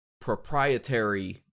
proprietary